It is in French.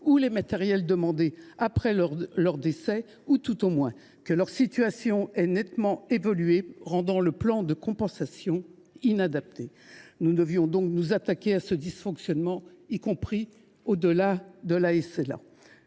ou les matériels demandés après leur décès ou alors que leur situation a nettement évolué, rendant le plan de compensation inadapté. Nous devions donc nous attaquer à ce dysfonctionnement. Dans une tribune